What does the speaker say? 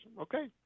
Okay